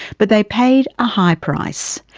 but they paid a high price.